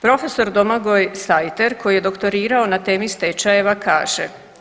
Prof. Domagoj Sajter koji je doktorirao na temi stečajeva kaže.